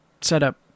setup